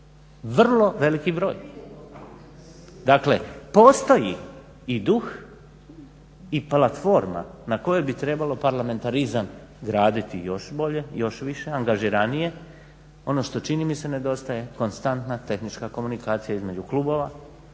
vrlo veliki broj. Dakle, postoji i duh i platforma na kojoj bi trebalo parlamentarizam graditi još bolje, još više, angažiranije. Ono što čini mi se nedostaje konstantna tehnička komunikacija između klubova,